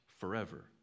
forever